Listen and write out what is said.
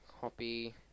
Copy